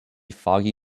foggy